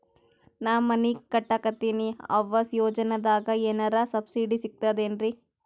ನಾ ಮನಿ ಕಟಕತಿನಿ ಆವಾಸ್ ಯೋಜನದಾಗ ಏನರ ಸಬ್ಸಿಡಿ ಸಿಗ್ತದೇನ್ರಿ?